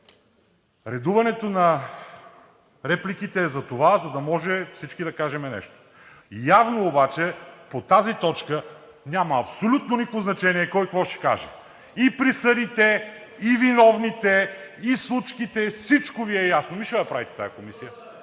Редуването на репликите е затова, за да може всички да кажем нещо. Явно обаче по тази точка няма абсолютно никакво значение кой какво ще каже – и присъдите, и виновните, и случките, всичко Ви е ясно, ами защо я правите тази комисия?